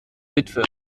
witwe